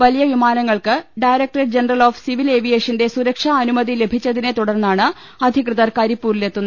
വലിയ വിമാ നങ്ങൾക്ക് ഡയറക്ട്രേറ്റ് ജനറൽ ഓഫ് സിവിൽ ഏവിയേഷന്റെ സുരക്ഷാ അനുമതി ലഭിച്ചതിനെ തുടർന്നാണ് അധികൃതർ കരി പ്പൂരിൽ എത്തുന്നത്